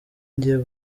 njye